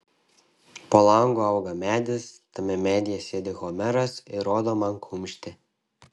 po langu auga medis tame medyje sėdi homeras ir rodo man kumštį